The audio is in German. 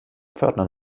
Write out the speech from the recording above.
pförtner